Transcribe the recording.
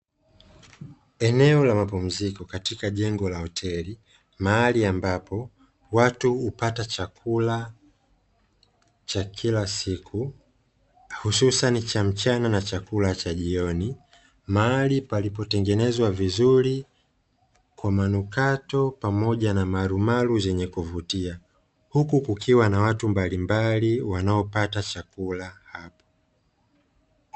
Eneo la mapumziko katika jengo la hotel mahali ambapo watu hupata chakula cha kila siku hususani cha mchana na chakula cha jioni, mahali palipotengenezwa vizuri kwa manukato pamoja na marumaru zenye kuvutia, huku kukiwa na watu mbalimbali wanaopata chakula hapo.